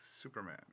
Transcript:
Superman